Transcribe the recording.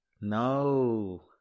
No